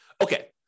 Okay